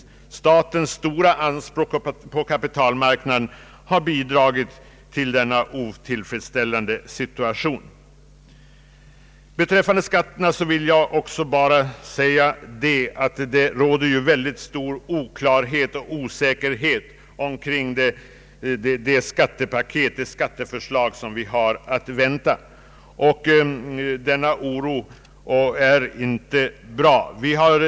Statens stora anspråk på kapitalmarknaden har bidragit till denna otillfredsställande situation. Vad beträffar skatterna vill jag också säga att det råder mycket stor oklarhet och osäkerhet omkring det skatteförslag som vi har att vänta. Denna oro är inte bra.